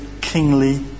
kingly